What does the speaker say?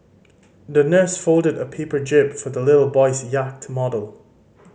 the nurse folded a paper jib for the little boy's yacht model